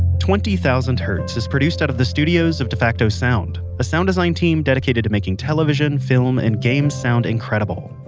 twenty thousand hertz is produced out of the studios of defacto sound, a sound design team dedicated to making television, film, and games sound incredible.